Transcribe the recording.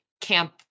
camp